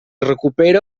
recupera